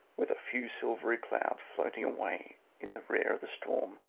with a few silvery clouds floating away in the rear of the storm,